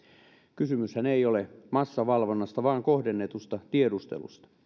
kysymyshän ei ole massavalvonnasta vaan kohdennetusta tiedustelusta